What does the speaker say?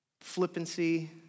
flippancy